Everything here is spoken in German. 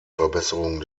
verbesserung